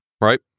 Right